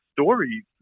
stories